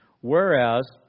whereas